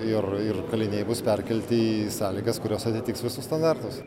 ir ir kaliniai bus perkelti į sąlygas kurios atitiks visus standartus